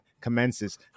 commences